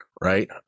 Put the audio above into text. Right